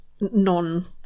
non-